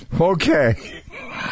Okay